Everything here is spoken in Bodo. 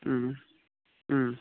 उम उम